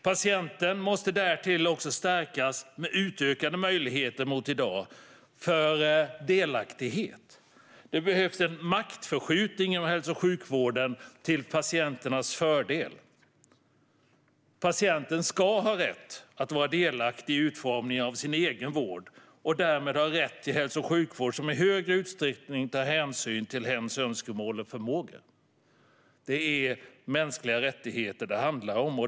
Därtill måste patienten stärkas genom utökade möjligheter till delaktighet jämfört med i dag. Det behövs en maktförskjutning till patienternas fördel inom hälso och sjukvården. Patienten ska ha rätt att vara delaktig i utformningen av sin egen vård och ska därmed ha rätt till hälso och sjukvård som i större utsträckning tar hänsyn till hens önskemål och förmåga. Det är mänskliga rättigheter det handlar om.